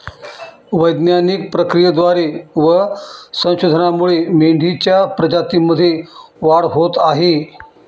वैज्ञानिक प्रक्रियेद्वारे व संशोधनामुळे मेंढीच्या प्रजातीमध्ये वाढ होत आहे